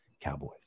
cowboys